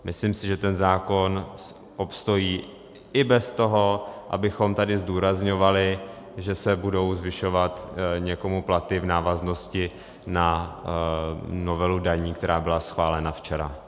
Myslím si, že ten zákon obstojí i bez toho, abychom tady zdůrazňovali, že se budou zvyšovat někomu platy v návaznosti na novelu daní, která byla schválena včera.